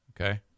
Okay